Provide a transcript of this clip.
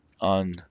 on